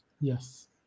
Yes